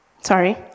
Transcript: Sorry